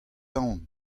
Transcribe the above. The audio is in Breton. aon